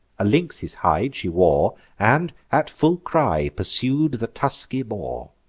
a lynx's hide she wore and at full cry pursued the tusky boar.